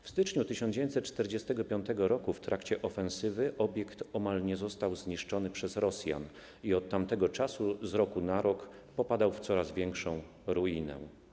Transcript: W styczniu 1945 r. w trakcie ofensywy obiekt omal nie został zniszczony przez Rosjan i od tamtego czasu z roku na rok popadał w coraz większą ruinę.